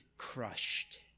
crushed